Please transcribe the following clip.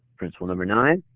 principle number nine,